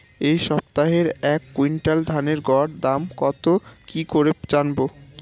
এই সপ্তাহের এক কুইন্টাল ধানের গর দর কত কি করে জানবো?